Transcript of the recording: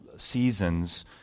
seasons